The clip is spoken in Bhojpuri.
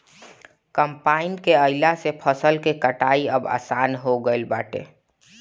कम्पाईन के आइला से फसल के कटाई अब आसान हो गईल बाटे